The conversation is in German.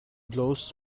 bloß